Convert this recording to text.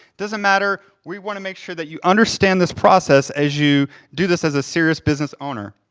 doesn't matter, we wanna make sure that you understand this process as you do this as a serious business owner.